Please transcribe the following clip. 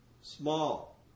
small